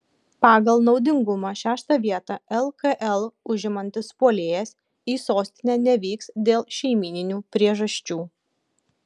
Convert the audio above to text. pagal naudingumą šeštą vietą lkl užimantis puolėjas į sostinę nevyks dėl šeimyninių priežasčių